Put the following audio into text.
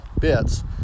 bits